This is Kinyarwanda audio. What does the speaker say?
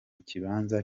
kibanza